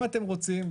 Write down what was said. אם אתם רוצים,